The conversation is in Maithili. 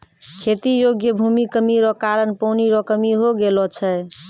खेती योग्य भूमि कमी रो कारण पानी रो कमी हो गेलौ छै